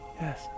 Yes